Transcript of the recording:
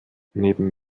neben